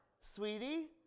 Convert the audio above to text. sweetie